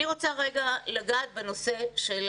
אני רוצה לגעת בנושא של